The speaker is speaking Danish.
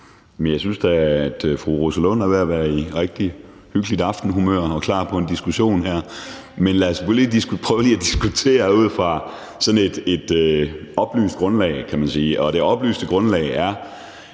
Jeg synes da, at fru Rosa Lund er ved at være i rigtig hyggeligt aftenhumør og klar på en diskussion, men lad os nu lige prøve at diskutere ud fra et oplyst grundlag, kan man sige. Det oplyste grundlag er,